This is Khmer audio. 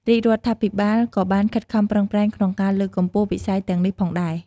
រាជរដ្ឋាភិបាលក៏បានខិតខំប្រឹងប្រែងក្នុងការលើកកម្ពស់វិស័យទាំងនេះផងដែរ។